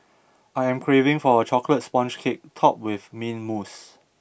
I am craving for a Chocolate Sponge Cake topped with mint mousse